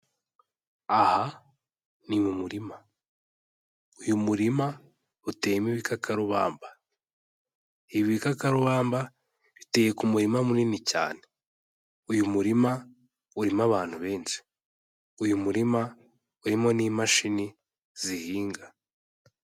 Aha ni mu murima. Uyu murima, uteyemo ibikakarubamba. Ibi bikakarubamba biteye ku murima munini cyane. Uyu murima urimo abantu benshi. Uyu murima urimo n'imashini, zihinga.